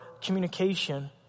communication